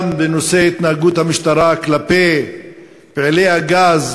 גם בנושא התנהגות המשטרה כלפי פעילי הגז,